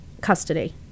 custody